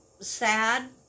sad